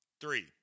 three